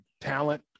talent